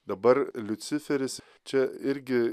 dabar liuciferis čia irgi